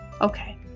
Okay